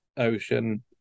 ocean